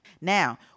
Now